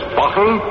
bottle